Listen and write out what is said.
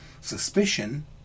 suspicion